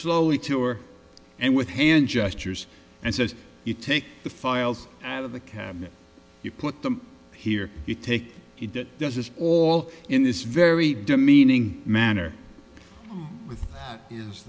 slowly tour and with hand gestures and says you take the files out of the cabinet you put them here you take it it does this all in this very demeaning manner with is